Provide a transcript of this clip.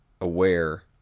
aware